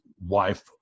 wife